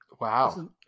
Wow